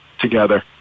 together